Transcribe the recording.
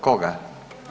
Koga?